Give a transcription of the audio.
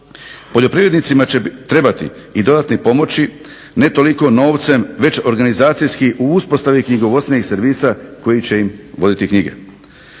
Poljoprivrednicima će trebati i dodatne pomoći, ne toliko novcem, već organizacijski u uspostavi knjigovodstvenih servisa koji će im voditi knjige.